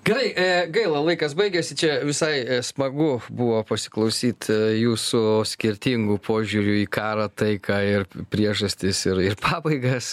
gerai gaila laikas baigėsi čia visai smagu buvo pasiklausyt jūsų skirtingų požiūrių į karą taiką ir priežastis ir ir pabaigas